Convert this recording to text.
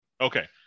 Okay